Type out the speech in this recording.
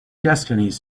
destinies